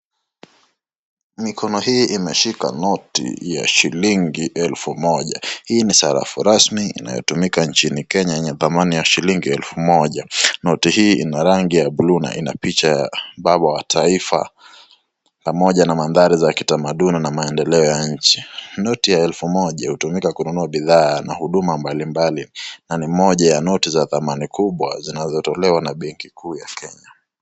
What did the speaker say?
Mikono hii imeshika noti ya shilingi elfu moja. Hii ni sarafu rasmi inayotumika nchini Kenya yenye thamani ya shilingi elfu moja. Noti hii ina rangi ya bluu na inapicha ya baba wa taifa pamoja na madhari za kitamaduni na maendeleo ya nchi. Noti ya elfu moja hutumika kununua bidhaa na huduma mbali mbali na ni moja ya noti za thamani kubwa zinazotolewa na benki kuu ya Kenya.